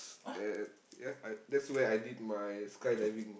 and ya I that's where I did my skydiving